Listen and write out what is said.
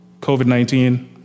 COVID-19